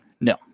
no